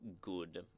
good